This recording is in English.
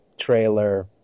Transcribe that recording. trailer